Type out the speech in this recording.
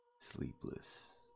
sleepless